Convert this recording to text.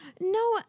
No